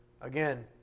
Again